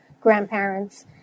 grandparents